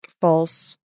false